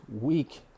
week